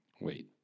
Wait